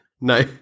No